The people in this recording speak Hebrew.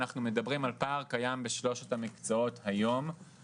אנחנו מדברים על פער קיים בשלושת המקצועות היום.